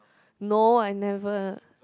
no I never